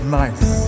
nice